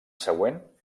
següent